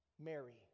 Mary